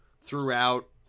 throughout